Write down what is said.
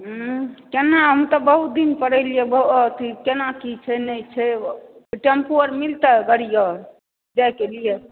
केना हम तऽ बहुत दिन पर एलियै अथी केना की छै नहि छै टेम्पू आर मिलतै गाड़ी आर जाय के लिये